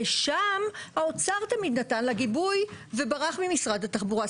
ושם האוצר תמיד נתן לה גיבוי וברח ממשרד התחבורה.